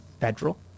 federal